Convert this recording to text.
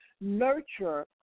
nurture